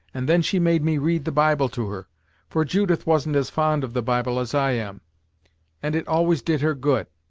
and then she made me read the bible to her for judith wasn't as fond of the bible as i am and it always did her good.